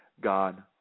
God